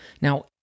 Now